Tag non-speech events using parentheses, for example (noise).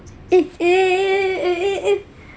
eh eh eh eh eh (breath)